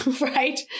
right